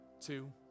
two